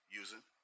using